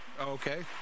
Okay